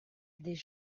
this